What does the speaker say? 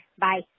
Bye